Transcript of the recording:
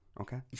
Okay